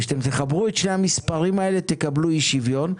וכשתחברו את שני המספרים האלה תקבלו אי שוויון.